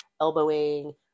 elbowing